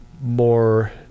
more